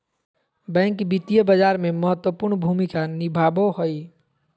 bank वित्तीय बाजार में महत्वपूर्ण भूमिका निभाबो हइ